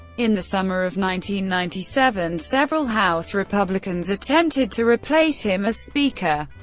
in the summer of ninety ninety seven, several house republicans attempted to replace him as speaker,